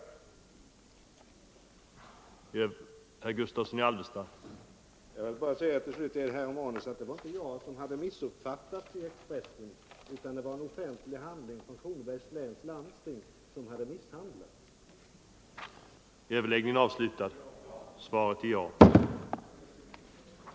9”